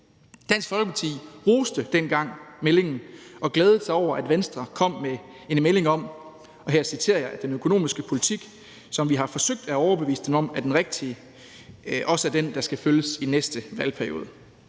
Dansk Folkeparti roste dengang meldingen og glædede sig over, at Venstre kom med en melding om – og her citerer jeg – at den økonomiske politik, som Dansk Folkeparti har forsøgt at overbevise dem om er den rigtige, også er den, der skal følges i næste valgperiode.